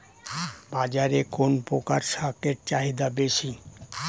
বাজারে কোন প্রকার শাকের চাহিদা বেশী?